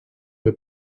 que